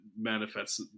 manifests